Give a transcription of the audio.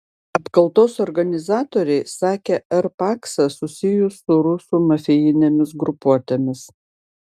apkaltos organizatoriai sakė r paksą susijus su rusų mafijinėmis grupuotėmis